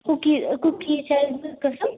cookies cookies چھِ اَسہِ زٕ قٕسٕم